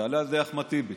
זה עלה על ידי אחמד טיבי,